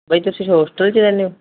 ਬਾਈ ਤੁਸੀਂ ਹੋਸਟਲ 'ਚ ਰਹਿੰਦੇ ਹੋ